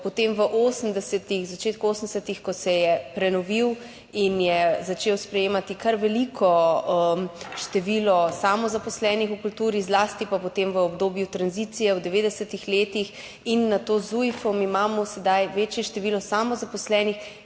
80., v začetku 80., ko se je prenovil in je začel sprejemati kar veliko število samozaposlenih v kulturi, zlasti pa potem v obdobju tranzicije v 90. letih in nato z Zujfom imamo sedaj večje število samozaposlenih,